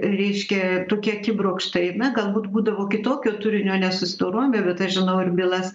reiškia tokie akibrokštai na galbūt būdavo kitokio turinio ne susidorojimai bet aš žinau ir bylas